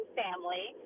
family